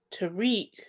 Tariq